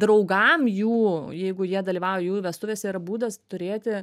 draugam jų jeigu jie dalyvauja jų vestuvėse yra būdas turėti